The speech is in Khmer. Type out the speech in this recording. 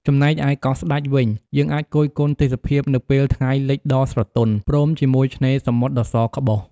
ចំណែកឯកោះស្តេចវិញ យើងអាចគយគន់ទេសភាពនៅពេលថ្ងៃលិចដ៏ស្រទន់ ព្រមជាមួយឆ្នេរសមុទ្រដ៏សក្បុស។